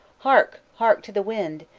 hark! hark to the wind!